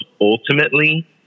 ultimately